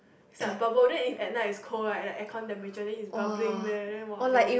is like bubble then if at night is cold right like aircon temperature then it's bubbling there then !wah! damn